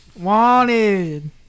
Wanted